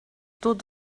тут